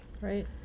Right